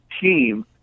team